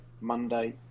Monday